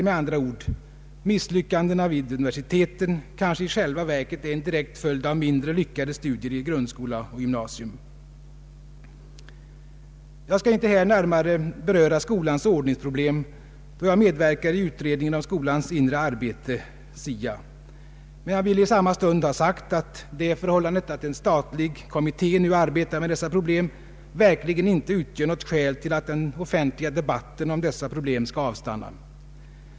Med andra ord: misslyckandena vid universiteten kanske i själva verket är en direkt följd av mindre lyckade studier i grundskola och gymnasium. Jag skall inte här närmare beröra skolans ordningsproblem, då jag medverkar i utredningen av skolans inre arbete, SIA. Men jag vill i samma stund ha sagt att det förhållandet att en statlig kommitté arbetar med dessa problem verkligen inte utgör något skäl till att den offentliga debatten om dessa problem skall avstanna.